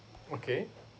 okay